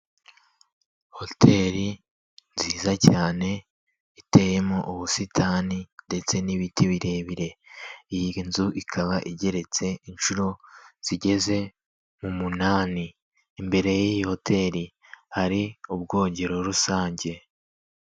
Hoteli nziza cyane iteyemo ubusitani ndetse n'ibiti birebire. Iyi nzu ikaba igeretse inshuro zigeze mu umunani. Imbere y'iyi hoteli hari ubwogero rusange.